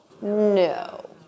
No